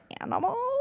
animal